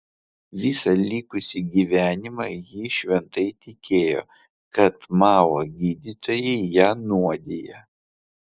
visą likusį gyvenimą ji šventai tikėjo kad mao gydytojai ją nuodija